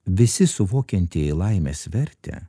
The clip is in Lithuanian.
visi suvokiantieji laimės vertę